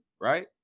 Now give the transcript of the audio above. right